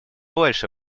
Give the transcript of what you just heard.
больше